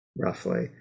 roughly